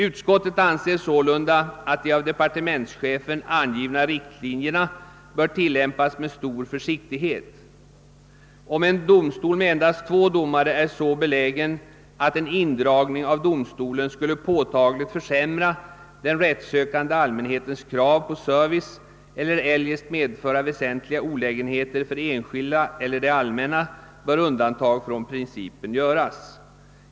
Utskottet anser sålunda, att de av departementschefen angivna riktlinjerna bör tillämpas med stor försiktighet. Om en domstol med endast två domare är så belägen att en indragning av domstolen skulle påtagligt försämra den rättssökande allmänhetens krav på service eller eljest medföra väsentliga olägenheter för enskilda eller det allmänna bör undantag från principen göras.